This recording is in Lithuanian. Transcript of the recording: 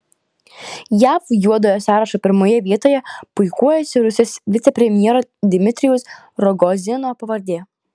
jav juodojo sąrašo pirmoje vietoje puikuojasi rusijos vicepremjero dmitrijaus rogozino pavardė